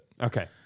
Okay